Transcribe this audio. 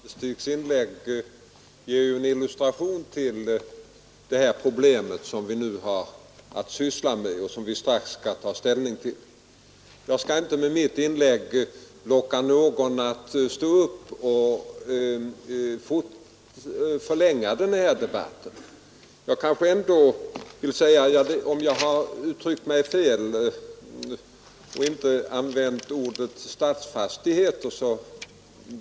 Herr talman! Herr Jadestigs inlägg ger en illustration av de problem vi nu har att syssla med och strax skall ta ställning till. Jag skall inte med mitt inlägg locka någon att förlänga debatten. Jag vill ändå beklaga om jag sagt fel och inte använt namnet Stadsfastigheter.